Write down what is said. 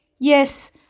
Yes